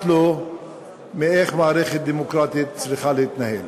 לו איך מערכת דמוקרטית צריכה להתנהל.